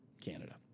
Canada